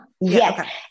Yes